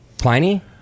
Pliny